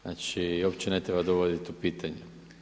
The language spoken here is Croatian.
Znači i uopće ne treba dovoditi u pitanje.